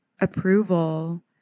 approval